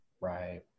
Right